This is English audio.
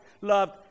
loved